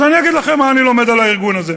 אז אני אגיד לכם מה אני לומד על הארגון הזה,